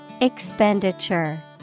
Expenditure